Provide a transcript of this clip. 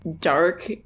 dark